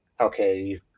okay